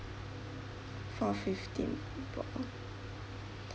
for fifteen people